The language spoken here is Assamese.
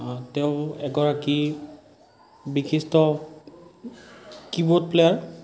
তেওঁ এগৰাকী বিশিষ্ট কি বোৰ্ড প্লেয়াৰ